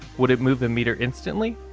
would it move a meter instantly?